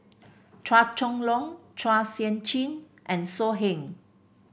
Chua Chong Long Chua Sian Chin and So Heng